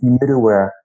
middleware